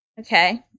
Okay